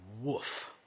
Woof